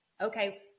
Okay